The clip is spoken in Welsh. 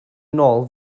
nôl